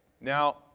Now